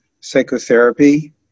psychotherapy